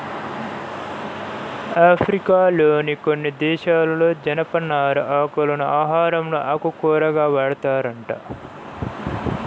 ఆఫ్రికాలోని కొన్ని దేశాలలో జనపనార ఆకులను ఆహారంలో ఆకుకూరగా వాడతారంట